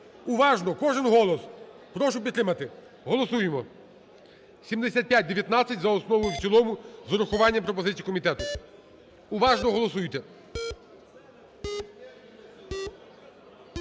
Уважно, кожен голос, прошу підтримати. Голосуємо, 7519 за основу і в цілому з врахуванням пропозицій комітету. Уважно голосуйте.